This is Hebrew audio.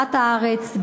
אהבת הארץ,